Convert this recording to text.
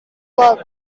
work